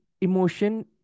emotion